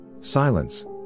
Silence